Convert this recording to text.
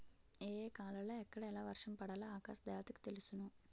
ఏ ఏ కాలాలలో ఎక్కడ ఎలా వర్షం పడాలో ఆకాశ దేవతకి తెలుసును